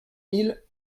mille